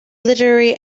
literary